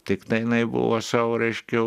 tiktai jinai buvo sau reiškia